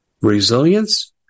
Resilience